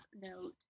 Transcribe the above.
note